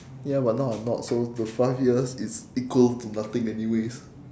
ya but now I'm not so the five years is equal to nothing anyways